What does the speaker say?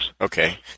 Okay